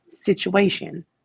situation